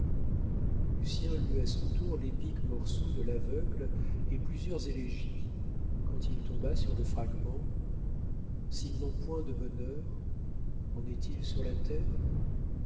publié lucien lut à son tour l'épique morceau de l'aveugle et plusieurs élégies quand il tomba sur le fragment s'ils n'ont point de bonheur en est-il sur la terre